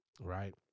right